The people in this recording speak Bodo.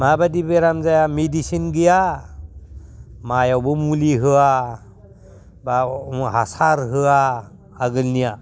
माबादि बेराम जाया मेदिसिन गैया मायावबो मुलि होआ हासार होआ आगोलनिया